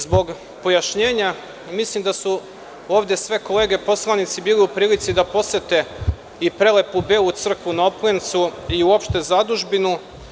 Zbog pojašnjenja, mislim da su ovde sve kolege poslanici bili u prilici da posete i prelepu Belu crkvu na Oplencu i uopšte zadužbinu.